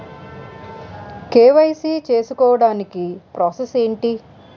KYC చేసుకోవటానికి process ఏంటి?